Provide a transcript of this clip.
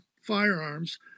firearms